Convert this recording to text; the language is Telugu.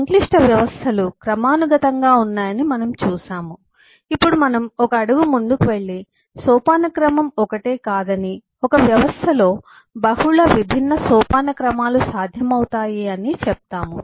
సంక్లిష్ట వ్యవస్థలు క్రమానుగతంగా ఉన్నాయని మనం చూశాము ఇప్పుడు మనం ఒక అడుగు ముందుకు వెళ్లి సోపానక్రమం ఒకటే కాదని ఒక వ్యవస్థలో బహుళ విభిన్న సోపానక్రమాలు సాధ్యమవుతాయి అని చెప్తాము